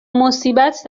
مصیبت